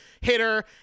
hitter